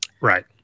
Right